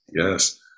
Yes